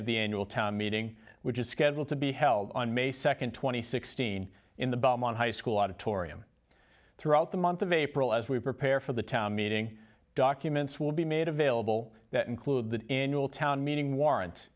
of the annual town meeting which is scheduled to be held on may second two thousand and sixteen in the belmont high school auditorium throughout the month of april as we prepare for the town meeting documents would be made available that include the annual town meeting warrant